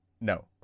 No